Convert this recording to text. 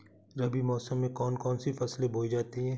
रबी मौसम में कौन कौन सी फसलें बोई जाती हैं?